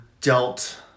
dealt